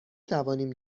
توانیم